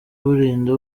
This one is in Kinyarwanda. burinda